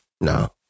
No